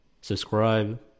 Subscribe